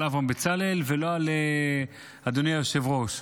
אברהם בצלאל ולא על אדוני היושב-ראש.